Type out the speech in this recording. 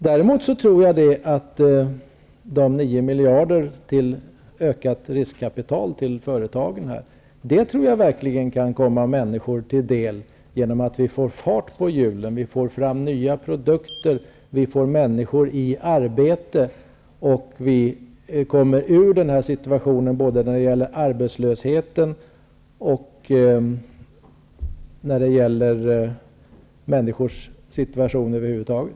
Däremot tror jag att 9 miljarder till ökat riskkapital för företagen verkligen kan komma människor till del genom att vi får fart på hjulen. Vi får fram nya produkter, vi får människor i arbete, och vi kommer ur det nuvarande läget både när det gäller arbetslösheten och när det gäller människors situation över huvud taget.